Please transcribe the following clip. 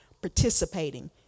participating